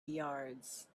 yards